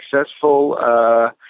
successful